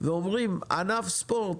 ואומרים ענף ספורט,